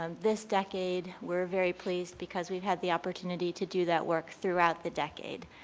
um this decade, we're very pleased because we've had the opportunity to do that work throughout the decade.